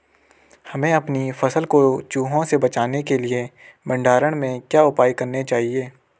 हमें अपनी फसल को चूहों से बचाने के लिए भंडारण में क्या उपाय करने चाहिए?